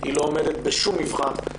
היא לא עומדת בשום מבחן.